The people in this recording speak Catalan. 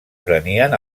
prenien